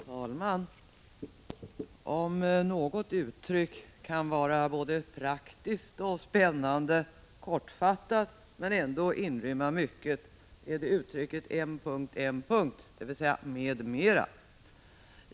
Herr talman! Om något uttryck kan vara både praktiskt och spännande, kortfattat men ändå inrymma mycket är det uttrycket m.m. - med mera.